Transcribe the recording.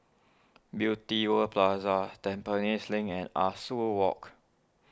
Beauty World Plaza Tampines Link and Ah Soo Walk